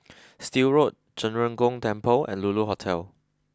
Still Road Zhen Ren Gong Temple and Lulu Hotel